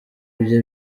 bye